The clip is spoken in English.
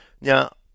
Now